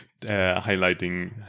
highlighting